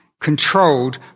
controlled